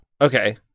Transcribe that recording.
Okay